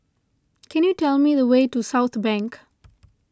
can you tell me the way to Southbank